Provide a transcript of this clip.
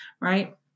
right